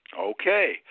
Okay